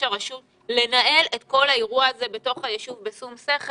הרשות לנהל את כל האירוע הזה בתוך הישוב בשום שכל.